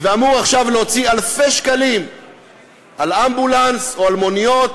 ואמור עכשיו להוציא אלפי שקלים על אמבולנס או על מוניות,